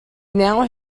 now